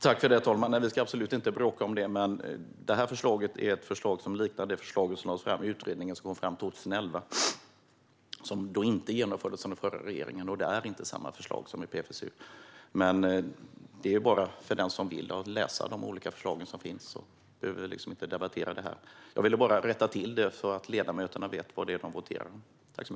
Herr talman! Nej, vi ska absolut inte bråka om det, men detta förslag liknar det förslag som lades fram av utredningen 2011 - och som inte genomfördes av den förra regeringen. Det är inte samma förslag som det PSFU lade fram. För den som vill är det bara att läsa de olika förslag som finns; vi behöver inte debattera det här. Jag ville bara rätta till detta, så att ledamöterna vet vad det är de voterar om.